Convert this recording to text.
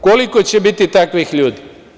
Koliko će biti takvih ljudi?